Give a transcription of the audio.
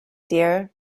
dear